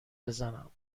بزنم